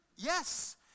Yes